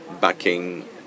backing